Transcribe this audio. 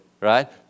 right